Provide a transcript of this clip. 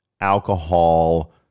alcohol